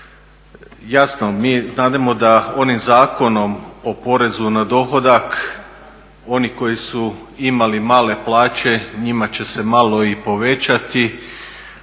Jasno, mi znademo da onim Zakonom o porezu na dohodak oni koji su imali male plaće njima će se malo i povećati,